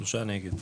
3 נמנעים,